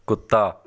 ਕੁੱਤਾ